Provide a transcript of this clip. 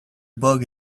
bug